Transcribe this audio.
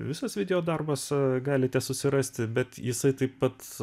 visas video darbas su galite susirasti bet jisai taip pat